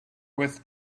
with